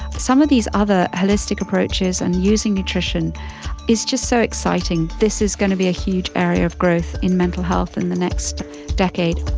some of these other holistic approaches and using nutrition is just so exciting. this is going to be a huge area of growth in mental health in the next decade.